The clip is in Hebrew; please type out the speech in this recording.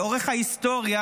לאורך ההיסטוריה,